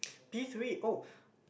P-three oh